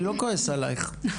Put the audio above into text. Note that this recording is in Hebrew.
אני לא כועס עליך,